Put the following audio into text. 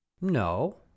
No